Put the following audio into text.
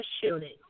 shooting